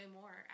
more